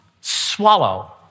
swallow